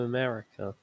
America